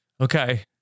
Okay